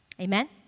Amen